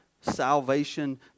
salvation